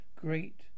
great